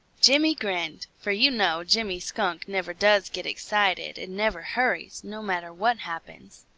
jimmy grinned, for you know jimmy skunk never does get excited and never hurries, no matter what happens.